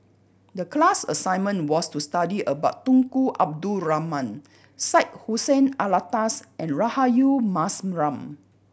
the class assignment was to study about Tunku Abdul Rahman Syed Hussein Alatas and Rahayu Mahzam